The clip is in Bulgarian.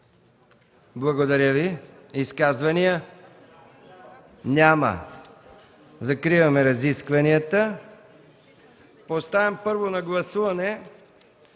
Благодаря Ви. Изказвания? Няма. Закривам разискванията. Поставям на гласуване